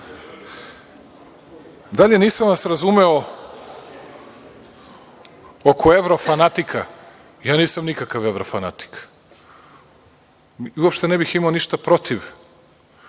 nisam vas razumeo oko evro fanatika. Ja nisam nikakav evro fanatik i uopšte ne bih imao ništa protiv,